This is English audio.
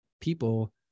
people